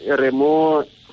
remote